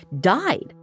died